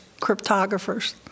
cryptographers